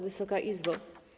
Wysoka Izbo!